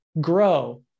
grow